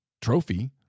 trophy